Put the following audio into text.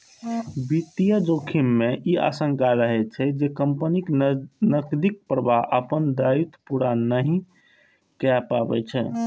वित्तीय जोखिम मे ई आशंका रहै छै, जे कंपनीक नकदीक प्रवाह अपन दायित्व पूरा नहि कए पबै छै